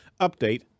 update